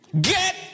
Get